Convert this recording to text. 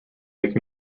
make